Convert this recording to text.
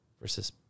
versus